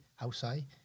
Outside